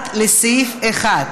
1 לסעיף 1,